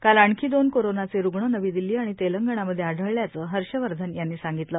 काल आणखी दोन कोरोनाचे रूग्ण नवी दिल्ली आणि तेलंगणामध्ये आढळल्याचं हर्षवर्धन यांनी सांगितलं